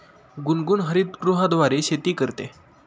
गुनगुन हरितगृहाद्वारे शेती करते